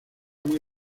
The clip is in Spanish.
muy